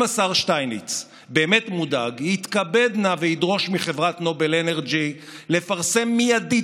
אם השר שטייניץ באמת מודאג יתכבד נא וידרוש מחברת נובל אנרג'י לפרסם מיידית